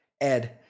Ed